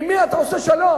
עם מי אתה עושה שלום?